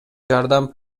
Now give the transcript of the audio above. жардам